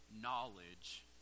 knowledge